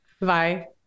Bye